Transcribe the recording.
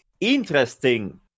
interesting